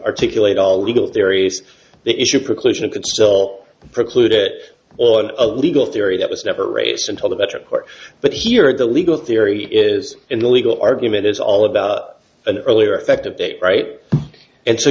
articulate all legal theories the issue preclusion could still preclude it or a legal theory that was never raced until the better part but here the legal theory is in the legal argument is all about an earlier effective date right and so